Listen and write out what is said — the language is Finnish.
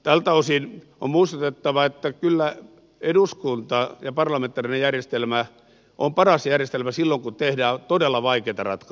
tältä osin on muistutettava että kyllä eduskunta ja parlamentaarinen järjestelmä on paras järjestelmä silloin kun tehdään todella vaikeita ratkaisuja